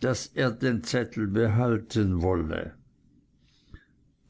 daß er den zettel behalten wolle